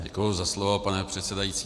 Děkuji za slovo, pane předsedající.